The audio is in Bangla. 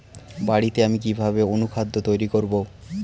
বাড়িতে আমি কিভাবে অনুখাদ্য তৈরি করব?